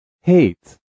Hate